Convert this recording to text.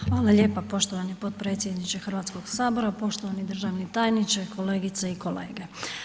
Hvala lijepa poštovani potpredsjedniče Hrvatskog sabora, poštovani državni tajniče, kolegice i kolege.